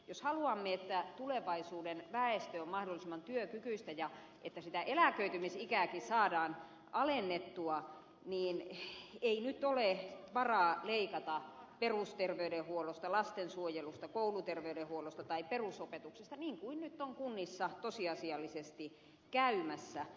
jos haluamme että tulevaisuuden väestö on mahdollisimman työkykyistä ja että sitä eläköitymisikääkin saadaan alennettua niin ei nyt ole varaa leikata perusterveydenhuollosta lastensuojelusta kouluterveydenhuollosta tai perusopetuksesta niin kuin nyt on kunnissa tosiasiallisesti käymässä